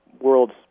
world's